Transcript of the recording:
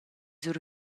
sur